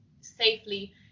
safely